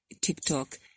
TikTok